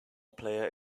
player